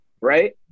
right